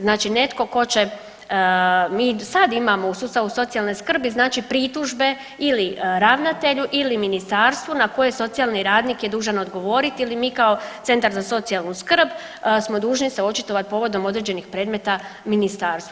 Znači netko tko će, mi sad imamo u sustavu socijalne skrbi, znači pritužbe ili ravnatelju ili ministarstvu na koje socijalni radnik je dužan odgovoriti ili mi kao Centar za socijalnu skrb smo dužni se očitovati povodom određenih predmeta ministarstvu.